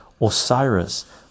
Osiris